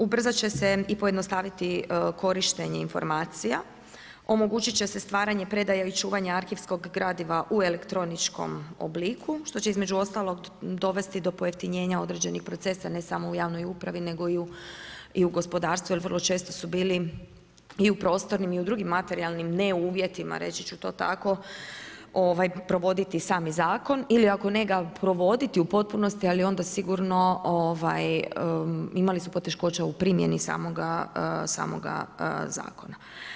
Ubrzati će se i pojednostaviti korištenje informacija, omogućiti će se stvaranje i predaje i čuvanje arhivskog gradiva u elektroničkom obliku, što će između ostalog dovesti do pojeftinjenja određenih procesa, ne samo u javnoj upravi, nego i u gospodarstvu, jer vrlo često su bili i u prostornim i u drugim materijalnim ne uvjetima, reći ću to tako, provoditi sami zakon ili ako ne ga provoditi u potpunosti, onda sigurno imali su poteškoća u primjeni samoga zakona.